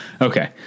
Okay